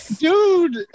Dude